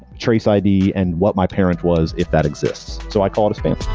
trace id and what my parent was if that exists, so i call it a span